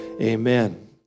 Amen